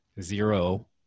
zero